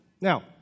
Now